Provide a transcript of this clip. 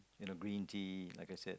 you know green tea like I said